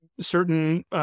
certain